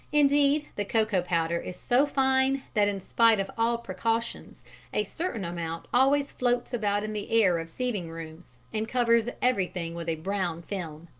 indeed, the cocoa powder is so fine that in spite of all precautions a certain amount always floats about in the air of sieving rooms, and covers everything with a brown film.